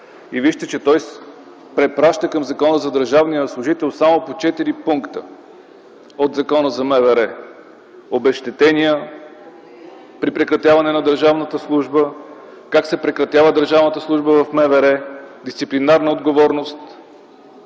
Вижте, че той препраща към Закона за държавния служител само по четири пункта от Закона за МВР – обезщетения при прекратяване на държавната служба, как се прекратява държавната служба в МВР, дисциплинарна отговорност.